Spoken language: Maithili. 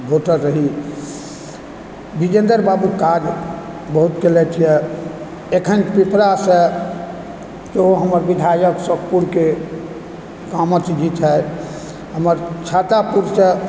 भोटर रहि बिजेन्द्र बाबू काज बहुत केलैथए अखन पिपरासँ केओ हमर विधायक सुतपुर के कामथजी छथि हमर छातापुरसँ